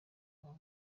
aba